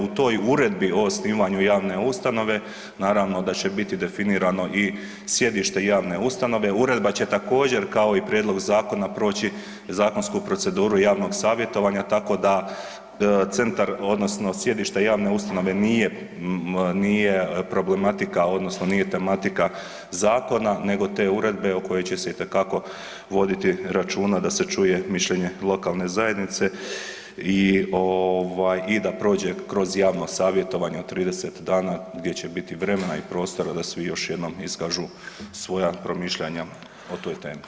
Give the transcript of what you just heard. U toj uredbi o osnivanju javne ustanove, naravno da će biti definirano i sjedište javne ustanove, uredba će također, kao i prijedlog zakona proći zakonsku proceduru javnog savjetovanja, tako da centar, odnosno sjedište javne ustanove nije problematika, odnosno nije tematika zakona nego te uredbe o kojoj će se itekako voditi računa da se čuje mišljenje lokalne zajednice i da prođe kroz javno savjetovanje od 30 dana, gdje će biti vremena i prostora da svi još jednom iskažu svoja promišljanja o toj temi.